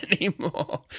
anymore